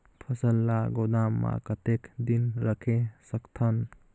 फसल ला गोदाम मां कतेक दिन रखे सकथन?